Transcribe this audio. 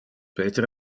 peter